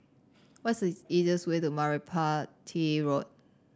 what is easiest way to Merpati Road